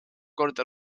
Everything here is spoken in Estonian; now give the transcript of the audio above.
korda